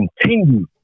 Continue